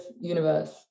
universe